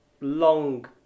long